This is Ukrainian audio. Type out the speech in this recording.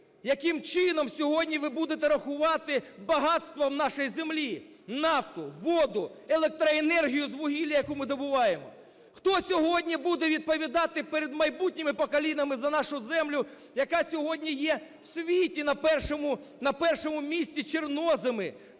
яким чином сьогодні ви будете рахувати багатство нашої землі: нафту, воду, електроенергію з вугілля, яке ми добуваємо? Хто сьогодні буде відповідати перед майбутніми поколіннями за нашу землю, яка сьогодні є в світі на першому місці – чорноземи?